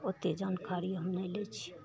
ओते जानकारी हम नहि लै छी